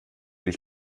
dich